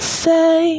say